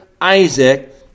Isaac